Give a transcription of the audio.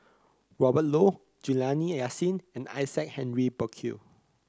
Robert Juliana Yasin and Isaac Henry Burkill